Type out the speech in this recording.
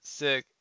sick